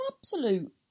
absolute